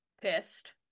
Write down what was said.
pissed